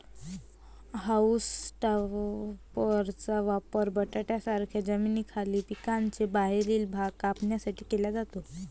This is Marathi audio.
हाऊल टॉपरचा वापर बटाट्यांसारख्या जमिनीखालील पिकांचा बाहेरील भाग कापण्यासाठी केला जातो